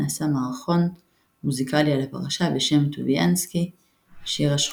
נעשה מערכון מוזיקלי על הפרשה בשם "טוביאנסקי – שיר השכונה".